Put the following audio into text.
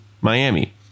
Miami